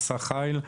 עשה חיל.